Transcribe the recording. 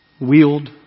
Wield